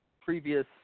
previous